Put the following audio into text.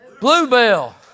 bluebell